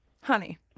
Honey